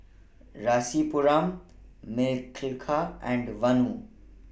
Rasipuram Milkha and Vanu